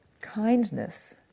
kindness